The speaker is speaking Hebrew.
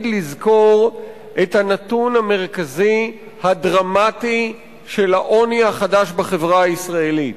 לזכור את הנתון המרכזי הדרמטי של העוני החדש בחברה הישראלית: